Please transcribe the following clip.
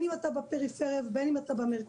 אם אתה בפריפריה ובין אם אתה במרכז,